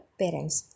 parents